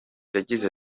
yagize